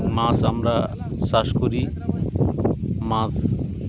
মাছ আমরা চাষ করি মাছ